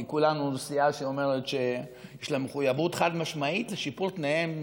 כי כולנו זו סיעה שאומרת שיש לה מחויבות חד-משמעית לשיפור תנאיהם